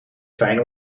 fijn